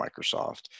Microsoft